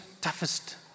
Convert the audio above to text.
toughest